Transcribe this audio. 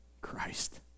Christ